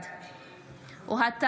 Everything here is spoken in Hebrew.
בעד אוהד טל,